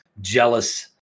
jealous